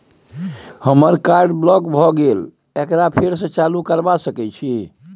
हमर card block भ गेले एकरा फेर स चालू करबा सके छि?